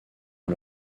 ont